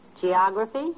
Geography